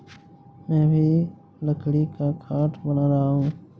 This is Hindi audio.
मैं अभी लकड़ी का खाट बना रहा हूं